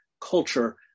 culture